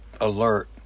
alert